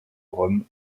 rome